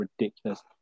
ridiculous